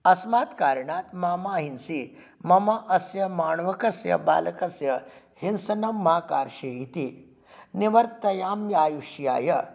अस्मात् कारणात् मा मा हिंसीः मम अस्य माणवकस्य बालकस्य हिंसनं मा कार्षीः इति निवर्त्तयाम्यायुष्याय